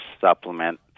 supplement